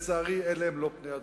ולצערי לא אלה פני הדברים.